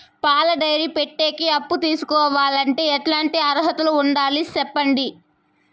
పాల డైరీ పెట్టేకి అప్పు తీసుకోవాలంటే ఎట్లాంటి అర్హతలు ఉండాలి సెప్పండి?